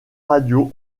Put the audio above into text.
radio